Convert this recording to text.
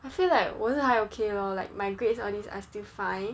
I feel like 我是还 okay lor like my grades all these are still fine